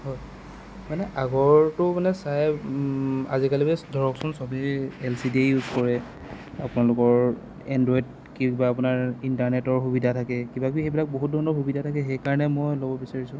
হয় মানে আগৰটো মানে চাই আজিকালি মানে ধৰকচোন চবেই এল চি ডি য়েই ইউজ কৰে আপোনালোকৰ এণ্ড্ৰইদ কিবা আপোনাৰ ইণ্টাৰনেটৰ সুবিধা থাকে কিবাকিবি সেইবিলাক বহুত ধৰণৰ সুবিধা থাকে সেইকাৰণে মই ল'ব বিচাৰিছোঁ